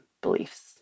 beliefs